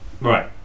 Right